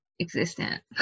existent